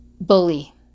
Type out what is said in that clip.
bully